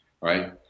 right